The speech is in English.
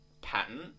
pattern